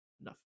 enough